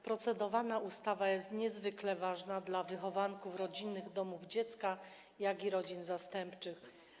Procedowana ustawa jest niezwykle ważna dla wychowanków rodzinnych domów dziecka, jak i rodzin zastępczych.